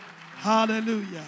Hallelujah